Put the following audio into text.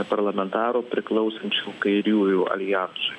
parlamentarų priklausančių kairiųjų aljansui